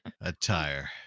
Attire